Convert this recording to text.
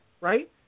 right